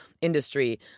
industry